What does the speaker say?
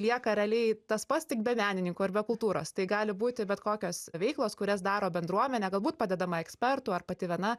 lieka realiai tas pats tik be menininko ir be kultūros tai gali būti bet kokios veiklos kurias daro bendruomenė galbūt padedama ekspertų ar pati viena